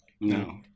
No